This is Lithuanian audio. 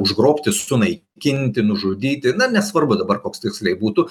užgrobti sunaikinti nužudyti na nesvarbu dabar koks tiksliai būtų